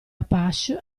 apache